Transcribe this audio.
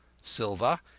Silver